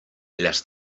las